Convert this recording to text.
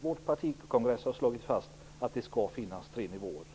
Vår partikongress har slagit fast att det skall finnas tre nivåer.